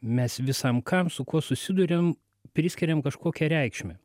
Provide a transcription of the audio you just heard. mes visam kam su kuo susiduriam priskiriam kažkokią reikšmę